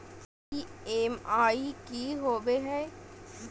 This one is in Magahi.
ई.एम.आई की होवे है?